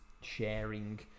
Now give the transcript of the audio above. sharing